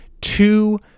two